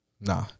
Nah